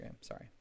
Sorry